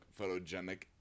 photogenic